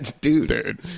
dude